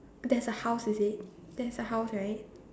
there's a house is it there's a house right